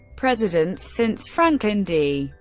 presidents since franklin d.